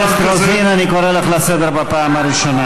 חברת הכנסת רוזין, אני קורא אותך לסדר פעם ראשונה.